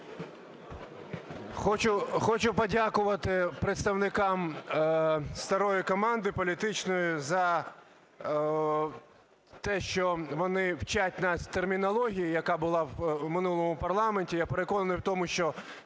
Хочу подякувати представникам старої команди політичної за те, що вони вчать нас термінології, яка була в минулому парламенті. Я переконаний в тому, що